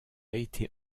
été